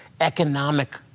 economic